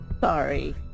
Sorry